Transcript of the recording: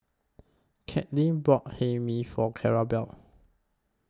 Caitlyn brought Hae Mee For Clarabelle